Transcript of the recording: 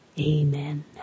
Amen